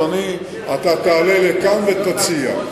אדוני, אתה תעלה לכאן ותציע.